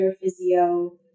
physio